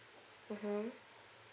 mmhmm